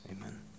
amen